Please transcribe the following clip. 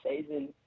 season